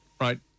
Right